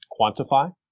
quantify